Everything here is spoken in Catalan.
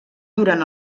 durant